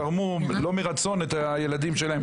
תרמו לא מרצון את הילדים שלהם,